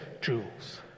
jewels